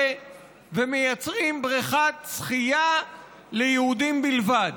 ומייצרים בריכת שחייה ליהודים בלבד.